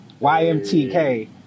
YMTK